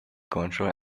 control